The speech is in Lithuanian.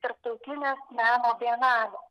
tarptautinė meno bienalė